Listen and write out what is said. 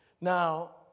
Now